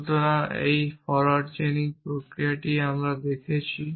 সুতরাং এই forward chaining প্রক্রিয়া আমরা দেখছি